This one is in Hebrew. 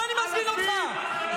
בוא, אני מזמין אותך.